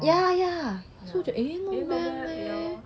yeah yeah so 我就 eh not bad leh